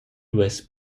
duess